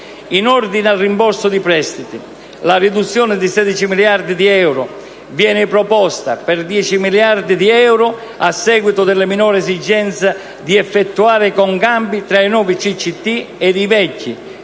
In ordine al rimborso di prestiti, la riduzione di 16 miliardi di euro viene proposta: per 10 miliardi di euro, a seguito delle minori esigenze di effettuare concambi tra i nuovi CCT ed i vecchi,